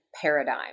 paradigm